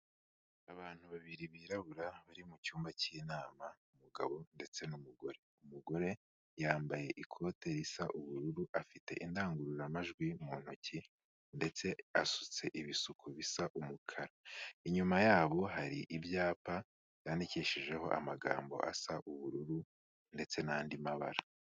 Abantu babiri birabura bari mu cyumba cy'inama, umugabo ndetse n'umugore, umugore yambaye ikote risa ubururu, afite indangururamajwi mu ntoki ndetse asutse ibisuko bisa umukara, inyuma yabo hari ibyapa byandikishijeho amagambo asa ubururu ndetse n'andi mabara.